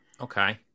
Okay